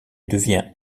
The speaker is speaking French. devient